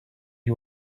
you